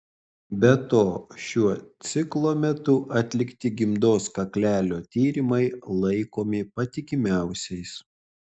be to šiuo ciklo metu atlikti gimdos kaklelio tyrimai laikomi patikimiausiais